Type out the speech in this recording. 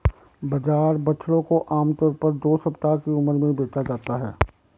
बाजार बछड़ों को आम तौर पर दो सप्ताह की उम्र में बेचा जाता है